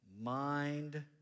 mind